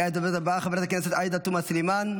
כעת הדוברת הבאה חברת הכנסת עאידה תומא סלימאן,